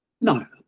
No